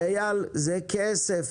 ואיל, זה כסף.